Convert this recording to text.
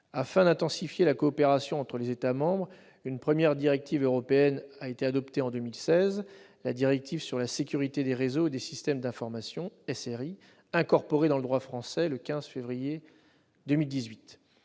Afin d'intensifier la coopération entre les États membres, une première directive européenne a été adoptée en 2016, la directive sur la sécurité des réseaux et des systèmes d'information, ou SRI, transposée dans le droit français le 15 février 2018.